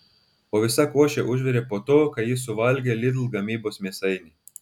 o visa košė užvirė po to kai jis suvalgė lidl gamybos mėsainį